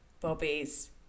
Bobby's